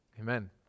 Amen